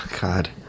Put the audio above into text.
God